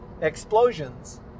explosions